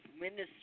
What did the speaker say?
Minister